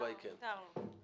לא נתקבלה.